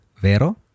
vero